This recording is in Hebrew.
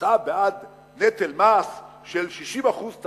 אתה בעד נטל מס של 60%?